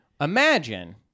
imagine